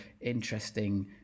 interesting